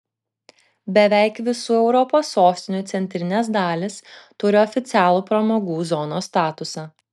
beveik visų europos sostinių centrinės dalys turi oficialų pramogų zonos statusą